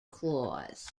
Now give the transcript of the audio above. clause